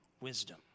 wisdom